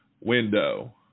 Window